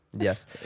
yes